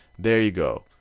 there you go.